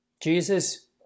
Jesus